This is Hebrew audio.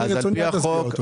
אני, רצוני, אל תשביע אותו.